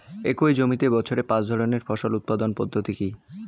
একই জমিতে বছরে পাঁচ ধরনের ফসল উৎপাদন পদ্ধতি কী?